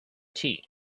tea